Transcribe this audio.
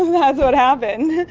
that's what happened.